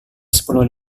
sepuluh